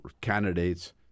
candidates